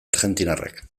argentinarrak